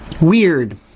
Weird